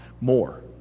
more